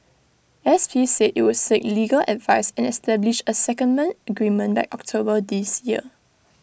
S P said IT would seek legal advice and establish A secondment agreement by October this year